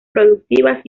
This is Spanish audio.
productivas